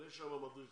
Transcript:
אבל יש שם מדריכים.